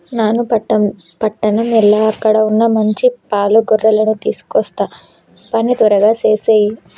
నాను పట్టణం ఎల్ల అక్కడ వున్న మంచి పాల గొర్రెలను తీసుకొస్తా పని త్వరగా సేసేయి